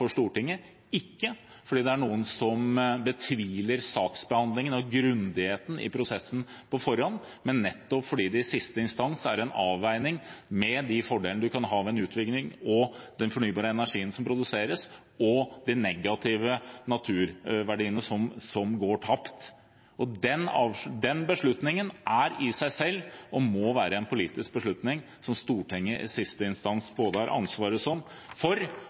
for Stortinget, ikke fordi det er noen som betviler saksbehandlingen og grundigheten i prosessen på forhånd, men nettopp fordi det i siste instans er en avveining mellom de fordelene man kan ha ved en utbygging og den fornybare energien som produseres, og det negative ved at naturverdier går tapt. Den beslutningen er i seg selv – og må være – en politisk beslutning som Stortinget i siste instans både har ansvaret for